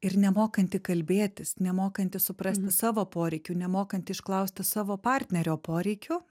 ir nemokanti kalbėtis nemokanti suprasti savo poreikių nemokanti išklausti savo partnerio poreikių